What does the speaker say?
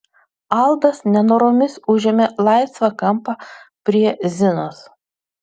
aldas nenoromis užėmė laisvą kampą prie zinos